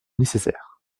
nécessaire